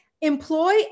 employ